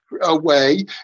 away